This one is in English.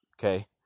okay